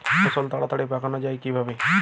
ফসল তাড়াতাড়ি পাকানো যাবে কিভাবে?